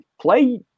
play